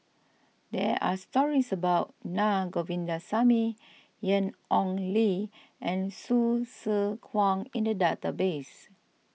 there are stories about Na Govindasamy Ian Ong Li and Hsu Tse Kwang in the database